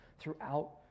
throughout